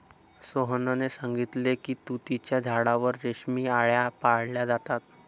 सोहनने सांगितले की तुतीच्या झाडावर रेशमी आळया पाळल्या जातात